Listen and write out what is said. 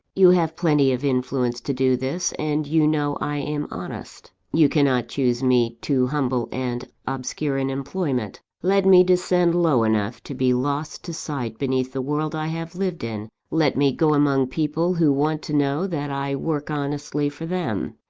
you have plenty of influence to do this, and you know i am honest. you cannot choose me too humble and obscure an employment let me descend low enough to be lost to sight beneath the world i have lived in let me go among people who want to know that i work honestly for them,